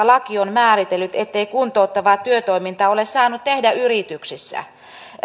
laki on määritellyt ettei kuntouttavaa työtoimintaa ole saanut tehdä yrityksissä